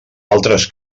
altres